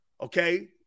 Okay